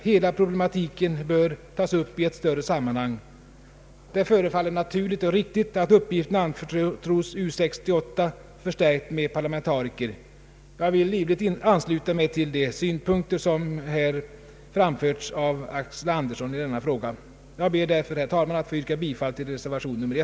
Hela problematiken bör tas upp i ett större sammanhang. Det förefaller naturligt och riktigt att uppgiften anförtros U 68 förstärkt med parlamentariker. Jag vill livligt ansluta mig till de synpunkter som herr Axel Andersson anfört i denna fråga. Jag ber därför, herr talman, att få yrka bifall till reservation a.